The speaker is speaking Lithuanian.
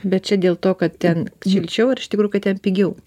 bet čia dėl to kad ten šilčiau ar iš tikrųjų ten pigiau